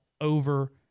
over